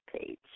page